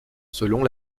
selon